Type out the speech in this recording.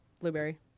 Blueberry